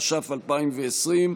התש"ף 2020,